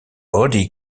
body